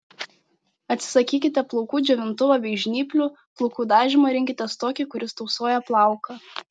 atsisakykite plaukų džiovintuvo bei žnyplių plaukų dažymą rinkitės tokį kuris tausoja plauką